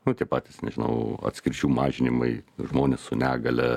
nu tie patys nežinau atskirčių mažinimai žmonės su negalia